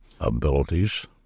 abilities